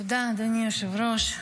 תודה, אדוני היושב-ראש.